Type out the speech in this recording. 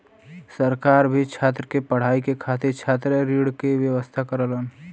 सरकार भी छात्र के पढ़ाई के खातिर छात्र ऋण के व्यवस्था करलन